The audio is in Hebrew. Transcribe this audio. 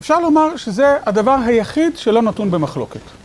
אפשר לומר שזה הדבר היחיד שלא נתון במחלוקת.